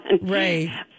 Right